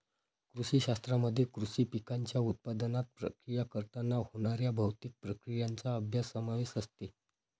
कृषी शास्त्रामध्ये कृषी पिकांच्या उत्पादनात, प्रक्रिया करताना होणाऱ्या भौतिक प्रक्रियांचा अभ्यास समावेश असते